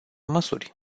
măsuri